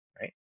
Right